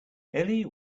ellie